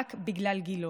רק בגלל גילו.